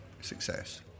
success